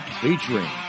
featuring